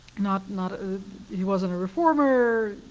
not not ah he wasn't a reformer.